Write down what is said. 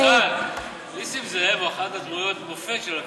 מיכל, נסים זאב הוא אחת מדמויות המופת של הכנסת.